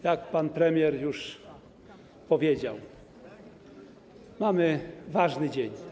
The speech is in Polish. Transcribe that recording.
Jak pan premier już powiedział, mamy ważny dzień.